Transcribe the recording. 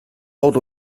hold